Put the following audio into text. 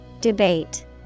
Debate